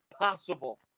possible